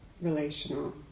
relational